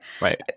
right